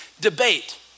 debate